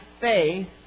faith